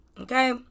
Okay